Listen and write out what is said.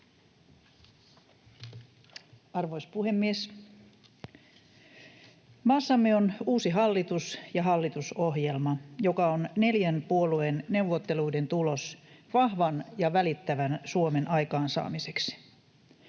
Arvoisa puhemies! Maassamme on uusi hallitus ja hallitusohjelma, joka on neljän puolueen neuvotteluiden tulos vahvan ja välittävän Suomen aikaansaamiseksi.